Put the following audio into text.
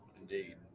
Indeed